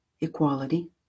equality